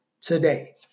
today